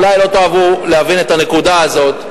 אולי לא תאהבו להבין את הנקודה הזאת,